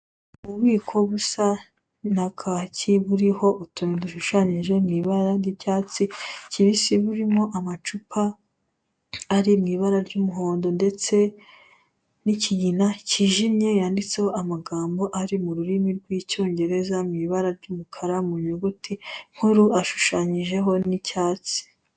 Ububiko busa na kaki buriho utuntu dushushanyije mu ibara ry'icyatsi kibisi burimo amacupa ari mu ibara ry'umuhondo ndetse n'ikigina kijimye yanditseho amagambo ari mu rurimi rw'Icyongereza mu ibara ry'umukara mu nyuguti nkuru ashushanyijeho n'icyatsi.